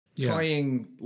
tying